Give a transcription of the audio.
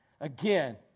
Again